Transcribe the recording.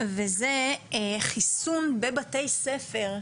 וזה חיסון בבתי ספר,